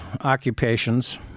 occupations